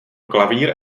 klavír